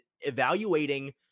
evaluating